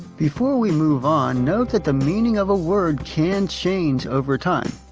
before we move on, note that the meaning of a word can change over time.